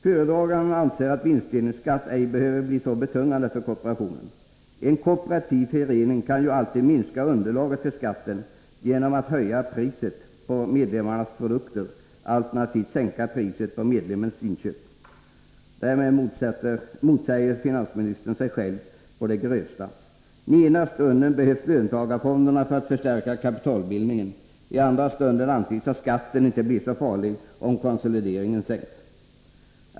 Föredraganden anser att vinstdelningsskatt ej behöver bli så betungande för kooperationen. En kooperativ förening kan ju alltid minska underlaget för skatten genom att höja priset på medlemmarnas produkter, alternativt sänka priset på medlemmens inköp. Därmed motsäger finansministern sig själv på det grövsta. I ena stunden behövs löntagarfonderna för att förstärka kapitalbildningen. I andra stunden antyds att skatten inte blir så farlig om konsolideringen sänks.